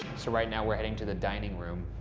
so right now we're heading to the dining room.